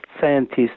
scientists